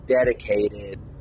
dedicated